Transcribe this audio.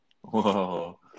Whoa